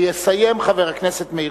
יסיים חבר הכנסת מאיר